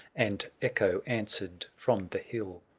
and echo answered from the hill.